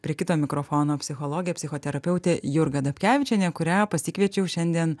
prie kito mikrofono psichologė psichoterapeutė jurga dapkevičienė kurią pasikviečiau šiandien